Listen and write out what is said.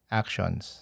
actions